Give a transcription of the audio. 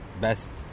best